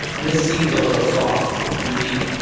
this seems a little soft to me.